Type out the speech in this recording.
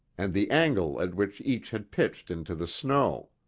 and the angle at which each had pitched into the snow.